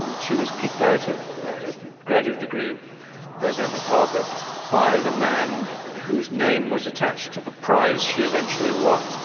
she was kicked out of a graduate degree program at harvard by the man whose name was attached to the prize she eventually won,